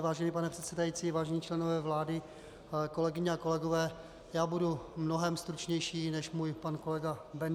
Vážený pane předsedající, vážení členové vlády, kolegyně a kolegové, budu mnohem stručnější než můj pan kolega Bendl.